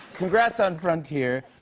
congrats on frontier.